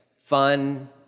fun